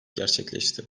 gerçekleşti